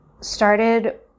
started